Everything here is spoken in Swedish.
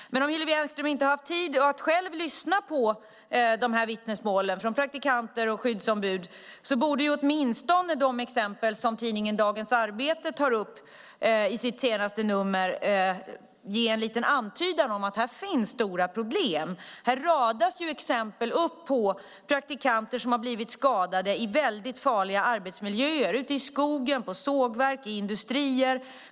Om Hillevi Engström inte har haft tid att själv lyssna på vittnesmålen från praktikanter och skyddsombud borde åtminstone de exempel som tidningen Dagens Arbete tar upp i sitt senaste nummer ge en liten antydan om att det finns stora problem. Här radas det upp exempel på praktikanter som har blivit skadade i mycket farliga arbetsmiljöer, ute i skogen, på sågverk och i industrier.